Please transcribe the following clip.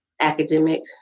academic